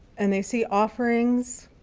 and they see offerings,